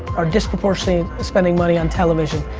are disproportionately spending money on television.